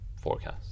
forecasts